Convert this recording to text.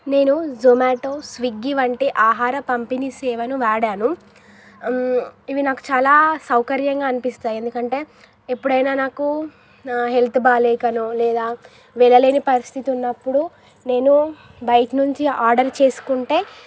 నేను జొమాటో స్వీగ్గీ వంటి ఆహార పంపిణీ సేవను వాడాను ఇవి నాకు చాలా సౌకర్యంగా అనిపిస్తాయి ఎందుకంటే ఎప్పుడైనా నాకు హెల్త్ బాగా లేకనో లేదా వెళ్ళలేని పరిస్థితి ఉన్నప్పుడు నేను బయట నుంచి ఆర్డర్ చేసుకుంటే